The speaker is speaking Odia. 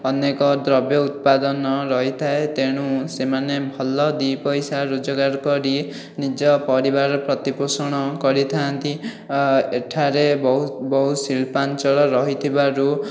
ଅନେକ ଦ୍ରବ୍ୟ ଉତ୍ପାଦନ ରହିଥାଏ ତେଣୁ ସେମାନେ ଭଲ ଦୁଇ ପଇସା ରୋଜଗାର କରି ନିଜ ପରିବାର ପ୍ରତିପୋଷଣ କରିଥାଆନ୍ତି ଏଠାରେ ବହୁତ ବହୁ ଶିଳ୍ପାଞ୍ଚଳ ରହିଥିବାରୁ